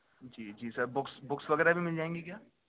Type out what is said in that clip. جی جی sir books books وغیرہ بھی مل جائیں گی کیا